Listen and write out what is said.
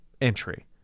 entry